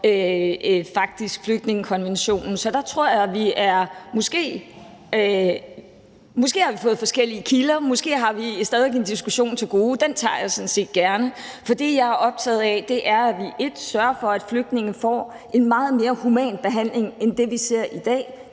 for flygtningekonventionen. Så der tror jeg, at vi måske har forskellige kilder, og måske har vi stadig væk en diskussion til gode. Den tager jeg sådan set gerne. For det, jeg er optaget af, er, at vi sørger for, at flygtninge får en meget mere human behandling end det, vi ser i dag.